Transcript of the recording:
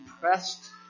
pressed